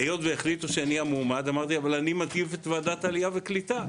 היות שהחליטו שאני המועמד אמרתי: אבל אני מעדיף את ועדת העלייה והקליטה.